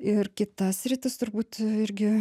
ir kita sritis turbūt irgi